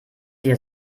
dir